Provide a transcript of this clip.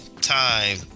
time